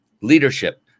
leadership